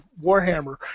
Warhammer